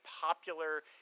popular